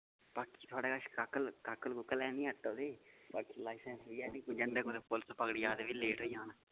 बाकी थुआढ़े कच्छ काकल काकल कूकल हैन नि आटो दे बाकी लइसेंस बी ऐ नि जन्दे कुतें पुलस पकड़ी लै ते फ्ही लेट होई जाङ